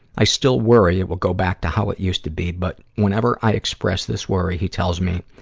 i still worry it will go back to how it used to be, but whenever i express this worry, he tells me,